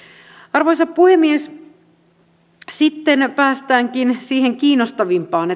arvoisa puhemies sitten päästäänkin siihen kiinnostavimpaan